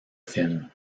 film